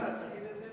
תגיד את זה